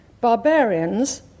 Barbarians